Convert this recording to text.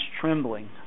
trembling